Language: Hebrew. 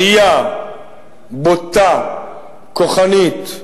עלייה בוטה, כוחנית,